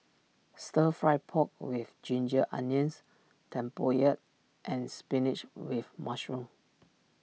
Stir Fried Pork with Ginger Onions Tempoyak and Spinach with Mushroom